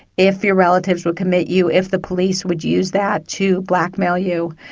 if your relatives would commit you, if the police would use that to blackmail you.